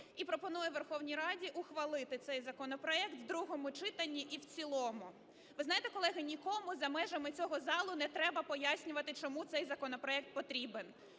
і пропонує Верховній Раді ухвалити цей законопроект у другому читанні і в цілому. Ви знаєте, колеги, нікому за межами цього залу не треба пояснювати, чому цей законопроект потрібен.